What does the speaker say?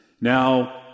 Now